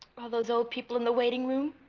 all those old people in the waiting room